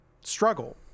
struggle